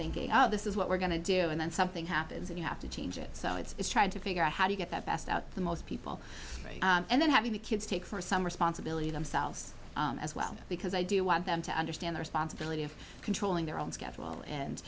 thinking oh this is what we're going to do and then something happens and you have to change it so it's trying to figure out how to get the best out the most people and then having the kids take for some responsibility themselves as well because i do want them to understand the responsibility of controlling their own schedule and